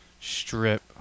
strip